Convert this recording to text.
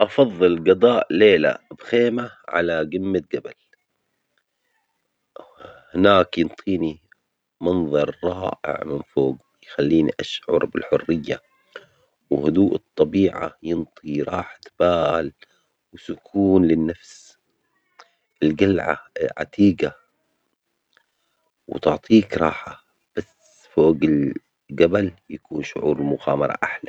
هل تفضل قضاء ليلة واحدة بخيمة على قمة جبل ما أم قضاء ليلة واحدة في قلعة عتيقة؟ ولماذا؟